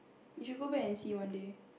you should go back and see one day